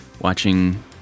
watching